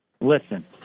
Listen